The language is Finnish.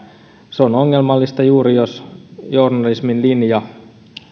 se on ongelmallista juuri jos journalismin linja